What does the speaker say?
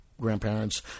grandparents